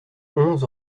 onze